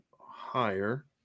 higher